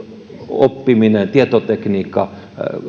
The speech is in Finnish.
oppiminen tietotekniikka